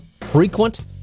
frequent